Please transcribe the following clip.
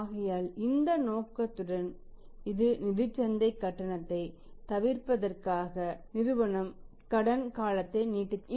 ஆகையால் இந்த நோக்கத்துடன் இது நிதிச்சந்தை கட்டணத்தை தவிர்ப்பதற்காக நிறுவனம் கடன் காலத்தை நீடித்திருக்கலாம்